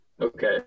Okay